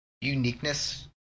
uniqueness